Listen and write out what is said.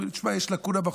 אומרים: תשמע, יש לקונה בחוק.